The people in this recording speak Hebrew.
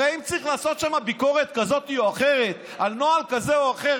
הרי אם צריך לעשות שם ביקורת כזאת או אחרת על נוהל כזה או אחר,